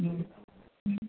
ಹ್ಞೂ ಹ್ಞೂ